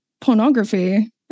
pornography